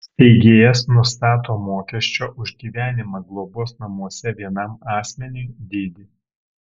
steigėjas nustato mokesčio už gyvenimą globos namuose vienam asmeniui dydį